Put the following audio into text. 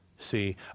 See